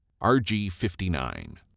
RG-59